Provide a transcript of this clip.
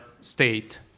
state